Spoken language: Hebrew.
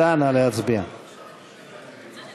של קבוצת סיעת